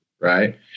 Right